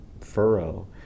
furrow